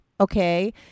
okay